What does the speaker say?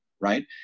Right